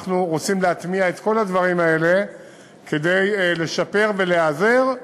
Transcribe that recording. אנחנו רוצים להטמיע את כל הדברים האלה כדי לשפר ולהיעזר,